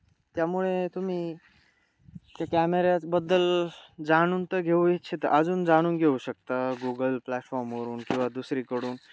त्यामुळे तुम्ही त्या कॅमेऱ्याबद्दल जाणून तर घेऊ इच्छित अजून जाणून घेऊ शकता गुगल प्लॅटफॉर्मवरून किंवा दुसरीकडून